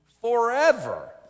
forever